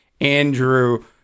Andrew